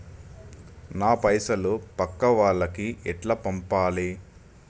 నా పైసలు పక్కా వాళ్లకి ఎట్లా పంపాలి?